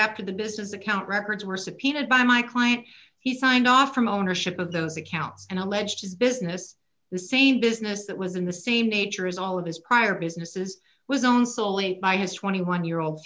after the business account records were subpoenaed by my client he signed off from ownership of those accounts and alleged his business the same business that was in the same nature as all of his prior businesses was own solely by his twenty one year old